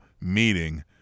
meeting